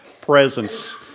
presence